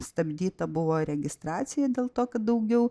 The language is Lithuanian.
stabdyta buvo registracija dėl to kad daugiau